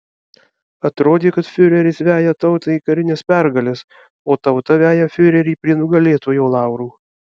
atrodė kad fiureris veja tautą į karines pergales o tauta veja fiurerį prie nugalėtojo laurų